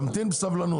תמתין בסבלנות.